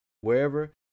wherever